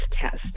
test